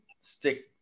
stick